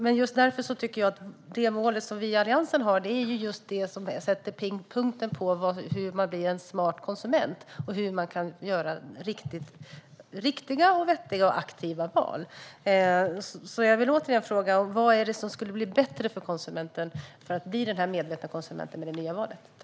Men det mål som vi i Alliansen har är just det som sätter fingret på hur man blir en smart konsument och hur man kan göra riktiga, vettiga och aktiva val. Jag vill återigen fråga: Vad är det som skulle bli bättre för konsumenten? Hur ska man bli den här medvetna konsumenten med det nya målet?